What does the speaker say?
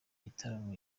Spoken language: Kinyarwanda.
gitaramo